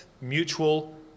mutual